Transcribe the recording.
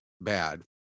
bad